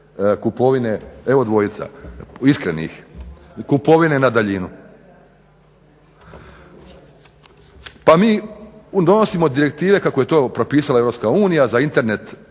kupovine, evo dvojica iskrenih, kupovine na daljinu. Pa mi donosimo direktive kako je to propisala Europska unija